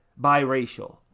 biracial